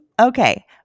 Okay